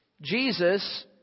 Jesus